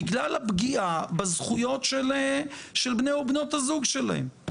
בגלל הפגיעה בזכויות של בני או בנות הזוג שלהם.